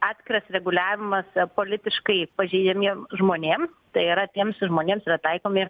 atskiras reguliavimas politiškai pažeidžiamiems žmonėms tai yra tiems žmonėms yra taikomi